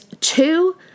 two